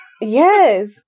Yes